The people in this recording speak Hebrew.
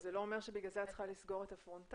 זה לא אומר שבגלל זה את צריכה לסגור את הפרונטלי.